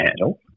handle